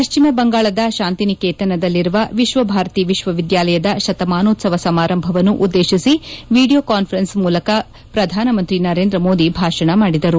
ಪಶ್ಚಿಮ ಬಂಗಾಳದ ಶಾಂತಿನಿಕೇತನದಲ್ಲಿರುವ ವಿಶ್ವಭಾರತಿ ವಿಶ್ವವಿದ್ಯಾಲಯದ ಶತಮಾನೋತ್ಸವ ಸಮಾರಂಭವನ್ನು ಉದ್ದೇಶಿ ವಿಡಿಯೋ ಕಾನ್ಫರೆನ್ಸ್ ಮೂಲಕ ಪ್ರಧಾನಮಂತ್ರಿ ನರೇಂದ್ರ ಮೋದಿ ಭಾಷಣ ಮಾಡಿದರು